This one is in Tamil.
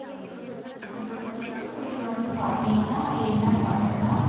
அந்த சிட்டுக்குருவி வந்து பார்த்திங்கன்னா என்ன பண்ணுதுன்னா